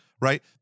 right